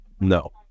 No